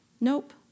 Nope